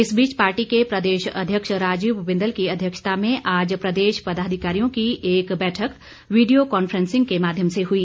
इस बीच पार्टी के प्रदेश अध्यक्ष राजीव बिंदल की अध्यक्षता में आज प्रदेश पदाधिकारियों की एक बैठक वीडियो कॉफ्रेंसिंग के माध्यम से हई